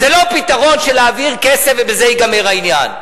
זה לא פתרון של להעביר כסף ובזה ייגמר העניין.